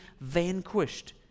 vanquished